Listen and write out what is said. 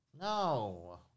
No